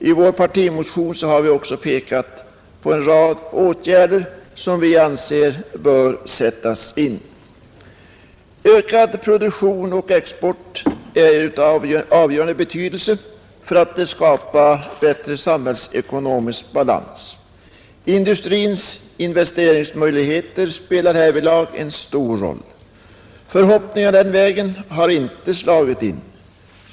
I vår partimotion har vi också pekat på en rad åtgärder som vi anser böra sättas in. Ökad produktion och export är av avgörande betydelse för att skapa bättre samhällsekonomisk balans. Industrins investeringsmöjligheter spelar härvidlag en stor roll. Förhoppningar i den vägen har inte slagit in.